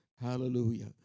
Hallelujah